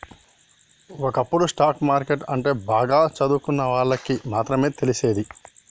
ఒకప్పుడు stock market అంటే బాగా చదువుకున్నోళ్ళకి మాత్రమే తెలిసేది